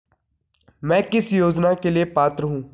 मैं किस योजना के लिए पात्र हूँ?